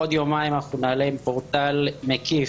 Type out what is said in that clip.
עוד יומיים אנחנו נעלה עם פורטל מקיף